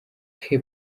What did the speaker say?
cape